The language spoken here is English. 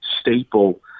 staple